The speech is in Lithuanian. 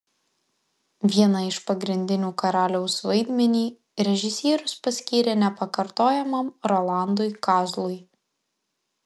vieną iš pagrindinių karaliaus vaidmenį režisierius paskyrė nepakartojamam rolandui kazlui